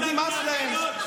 פשוט נמאס להם.